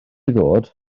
ddod